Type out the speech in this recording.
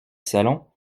salon